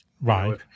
right